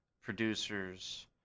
producers